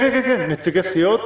אמרתי, עם נציגי סיעות.